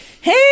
hey